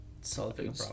solving